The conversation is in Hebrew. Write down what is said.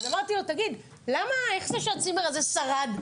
ושאלתי: "תגיד, איך זה שהצימר הזה שרד?